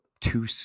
two